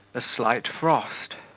a slight frost